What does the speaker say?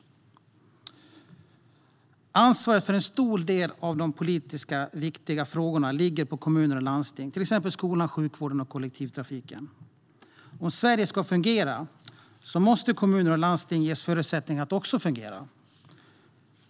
Ansvaret för en stor del av de politiska viktiga frågorna ligger på kommuner och landsting. Det gäller till exempel skolan, sjukvården och kollektivtrafiken. Om Sverige ska fungera måste kommuner och landsting ges förutsättningar att också fungera.